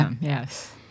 Yes